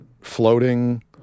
floating